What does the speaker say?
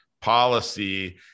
policy